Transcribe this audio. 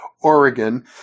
Oregon